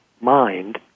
mind